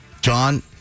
John